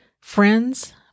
friends